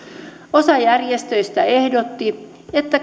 osa järjestöistä ehdotti että